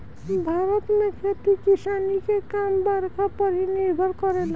भारत में खेती किसानी के काम बरखा पर ही निर्भर करेला